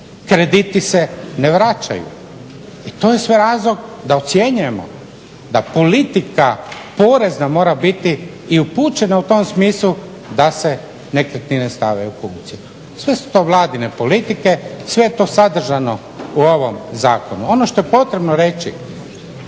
krediti se ne vraćaju i to je sve razlog da ucjenjujemo, da politika porezna mora biti i upućena u tom smislu da se nekretnine stave u funkciju. Sve su to vladine politike, sve je to sadržano u ovom zakonu. Ono što je potrebno reći,